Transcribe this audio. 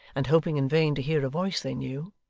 and hoping in vain to hear a voice they knew,